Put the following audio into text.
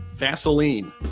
Vaseline